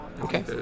Okay